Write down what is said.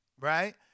Right